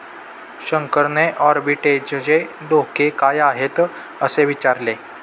शंकरने आर्बिट्रेजचे धोके काय आहेत, असे विचारले